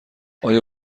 آیا